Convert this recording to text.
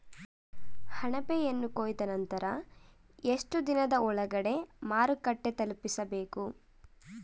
ಅಣಬೆಯನ್ನು ಕೊಯ್ದ ನಂತರ ಎಷ್ಟುದಿನದ ಒಳಗಡೆ ಮಾರುಕಟ್ಟೆ ತಲುಪಿಸಬೇಕು?